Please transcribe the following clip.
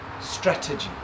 strategy